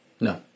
No